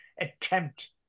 attempt